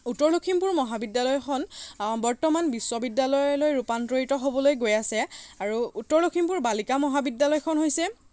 উত্তৰ লখিমপুৰ মহাবিদ্যালয়খন বৰ্তমান বিশ্ববিদ্যালয়লৈ ৰূপান্তৰিত হ'বলৈ গৈ আছে আৰু উত্তৰ লখিমপুৰ বালিকা মহাবিদ্যালয়খন হৈছে